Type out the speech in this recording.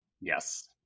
Yes